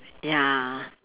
ya